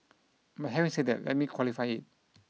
but having say that let me qualify it